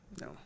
no